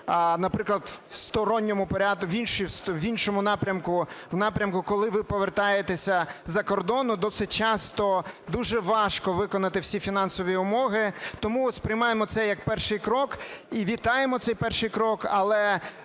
наприклад, в іншому напрямку, в напрямку, коли ви повертаєтеся з-за кордону, досить часто дуже важко виконати всі фінансові вимоги. Тому сприймаємо це як перший крок і вітаємо цей перший крок.